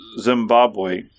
Zimbabwe